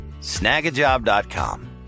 snagajob.com